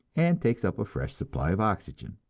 and takes up a fresh supply of oxygen.